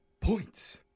Points